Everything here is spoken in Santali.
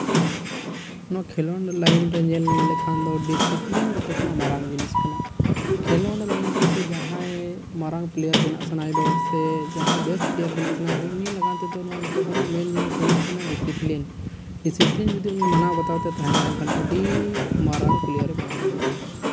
ᱱᱚᱣᱟ ᱠᱷᱮᱞᱳᱰ ᱞᱟᱭᱤᱱ ᱨᱮ ᱧᱮᱞ ᱞᱮᱠᱷᱟᱱ ᱫᱚ ᱰᱮᱥᱤᱯᱤᱞᱤᱱ ᱡᱚᱛᱚ ᱠᱷᱚᱱᱟᱜ ᱢᱟᱨᱟᱝ ᱡᱤᱱᱤᱥ ᱠᱟᱱᱟ ᱠᱷᱮᱞᱳᱰ ᱞᱟᱭᱤᱱ ᱨᱮᱥᱮ ᱡᱟᱦᱟᱸᱭ ᱢᱟᱨᱟᱝ ᱯᱞᱮᱭᱟᱨ ᱵᱮᱱᱟᱜ ᱥᱟᱱᱟᱭᱮ ᱫᱚ ᱥᱮ ᱡᱟᱦᱟᱸᱭ ᱵᱮᱥᱴ ᱯᱞᱮᱭᱟᱨ ᱵᱮᱱᱟᱜ ᱥᱟᱱᱟᱭᱮ ᱫᱚ ᱩᱱᱤ ᱞᱟᱜᱟᱱ ᱫᱚ ᱱᱚᱣᱟ ᱡᱚᱛᱚ ᱠᱷᱚᱱᱟᱜ ᱢᱮᱱ ᱡᱤᱱᱤᱥ ᱦᱩᱭᱩᱜ ᱠᱟᱱᱟ ᱰᱮᱥᱤᱯᱤᱞᱤᱱ ᱰᱮᱥᱤᱯᱤᱞᱤᱱ ᱡᱩᱫᱤ ᱩᱱᱤ ᱢᱟᱱᱟᱣ ᱵᱟᱛᱟᱣᱛᱮ ᱛᱟᱦᱮᱱᱟᱭ ᱮᱱᱠᱷᱟᱱ ᱟᱹᱰᱤ ᱢᱟᱨᱟᱝ ᱯᱞᱮᱭᱟᱨᱮ ᱵᱮᱱᱟᱣ ᱫᱟᱲᱮᱭᱟᱜᱼᱟ